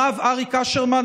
הרב אריק אשרמן,